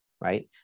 right